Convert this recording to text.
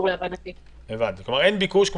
כלומר אין ביקוש,